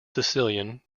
sicilian